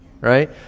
Right